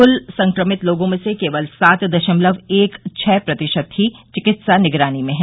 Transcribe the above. कुल संक्रमित लोगों में से केवल सात दशमलव एक छह प्रतिशत ही चिकित्सा निगरानी में हैं